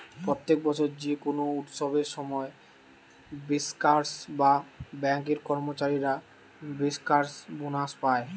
প্রত্যেক বছর যে কোনো উৎসবের সময় বেঙ্কার্স বা বেঙ্ক এর কর্মচারীরা বেঙ্কার্স বোনাস পায়